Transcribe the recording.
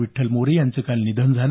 विठ्ठल मोरे यांचं काल निधन झालं